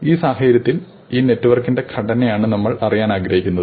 ഈ സാഹചര്യത്തിൽ ഈ നെറ്റ്വർക്കിന്റെ ഘടനയാണ് നമ്മൾ അറിയാൻ ആഗ്രഹിക്കുന്നത്